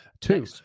Two